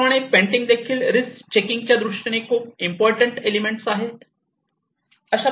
त्याच प्रमाणे पेंटिंग देखील रिस्क चेकिंग च्या दृष्टीने खूप इम्पॉर्टंट एलिमेंट आहेत